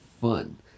fun